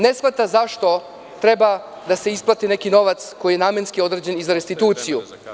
Ne shvata zašto treba da se isplati neki novac koji je namenski određen i za restituciju.